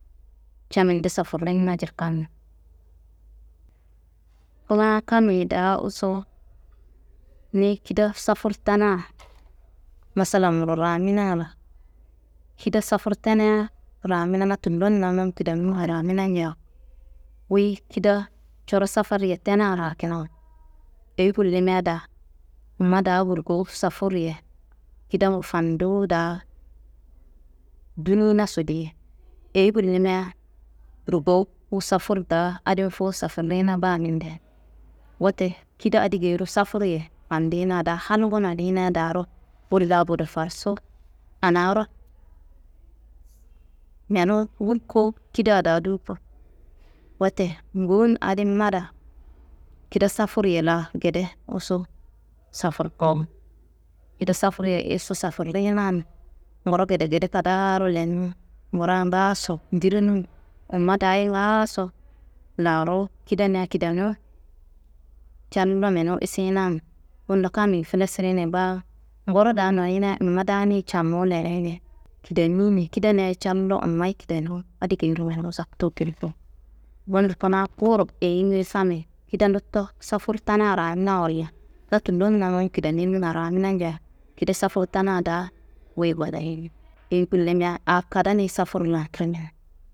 Ca minde safurrimina jirkando. Kuna kammi daa usuwu ni kida safur tana masalambo ramina la, kida safur tenia ramina na tullon namum kidenunwa ramina nja, wuyi kida coro safarriye tena rakinawo, eyi gullimia daa numma daa burgowu safurri ye kidangu fanduwu daa duninaso diye, eyi gullimia burgowu wu safur daa adin fuwu safurrina baa minde. Wote kida adi geyiro safurriye fandina daa halngu nonina daaro wolla burofarsu anaro menuwu wu kowu kida daa duwuko. Wote ngowon adin mada kida safurriye laa gede usuwu safurkowo, kida safurriye isu safurrinan nguro gedegede kadaaro lenimin ngura ngaaso dirinun wumma daayi ngaaso laaru kidania kidenu callo menu isinan bundo kammi filesirini ye baa, nguro daa noyina wumma daaniyi camu lenini ye, kidenini ye kidania callo wummayi kidenu adi geyiro wumma zaptu kediko. Bundo kuna fuwuro eyiyingiye kammi kida ndotto safur tana ramina walla, na tullon namun kidenimina ramina nja, kida safur tana daa wuyi eyi gullimia aa kada ni safur laan rimin.